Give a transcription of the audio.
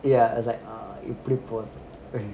ya it's like ah இப்படிபோகுது:ippadi pokudhu